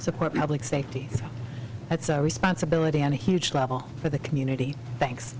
support public safety that's our responsibility and a huge level for the community thanks